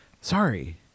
sorry